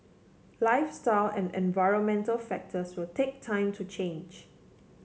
lifestyle and environmental factors will take time to change